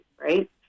right